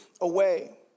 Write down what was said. away